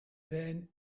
then